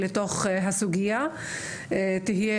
ואני רוצה להתחיל בסוגייה הבסיסית שאנחנו דיברנו עליה